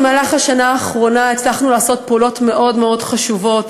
בשנה האחרונה הצלחנו לעשות פעולות מאוד מאוד חשובות,